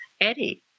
Eddie